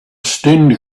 stained